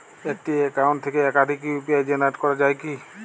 একটি অ্যাকাউন্ট থেকে একাধিক ইউ.পি.আই জেনারেট করা যায় কি?